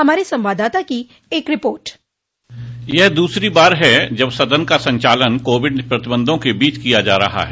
हमारे संवाददाता की एक रिपोर्ट यह दूसरी बार है जब सदन का संचालन कोविड प्रतिबंधों के बीच किया जा रहा है